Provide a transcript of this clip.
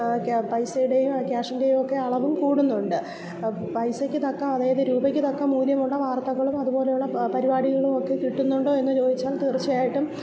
പൈസയുടെയും കേഷിൻറ്റേയുമൊക്കെ അളവും കൂടുന്നുണ്ട് പൈസയ്ക്ക് തക്ക അതായത് രൂപയ്ക്ക് തക്കം മൂല്യമുള്ള വാർത്തകളും അതുപോലെയുള്ള പരിപാടികളും ഒക്കെ കിട്ടുന്നുണ്ടോ എന്ന് ചോദിച്ചാൽ തീർച്ചയായിട്ടും